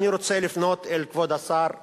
אני רוצה לפנות אל כבוד השר מרידור,